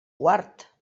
guard